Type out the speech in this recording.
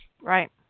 Right